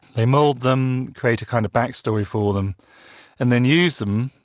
they mould them, create a kind of backstory for them and then use them,